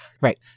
Right